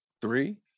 three